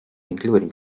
including